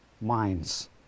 minds